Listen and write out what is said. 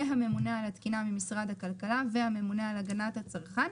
הממונה על התקינה במשרד הכלכלה והממונה על הגנת הצרכן,